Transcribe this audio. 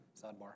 Sidebar